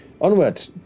onward